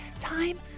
time